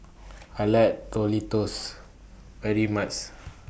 I like very much